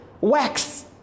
wax